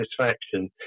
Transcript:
satisfaction